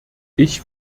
ich